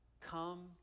Come